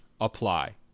apply